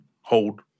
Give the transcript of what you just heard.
hold